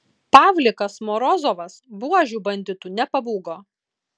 pavlikas morozovas buožių banditų nepabūgo